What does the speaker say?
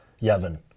Yevon